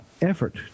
effort